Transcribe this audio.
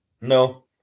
No